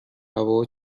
هوا